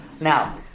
Now